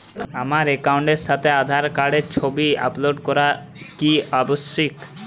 আমার অ্যাকাউন্টের সাথে আধার কার্ডের ছবি আপলোড করা কি আবশ্যিক?